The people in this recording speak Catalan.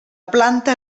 planta